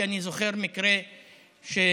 כי אני זוכר מקרה שפעם,